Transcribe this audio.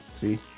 See